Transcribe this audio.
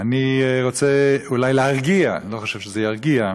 לא חושב שזה ירגיע,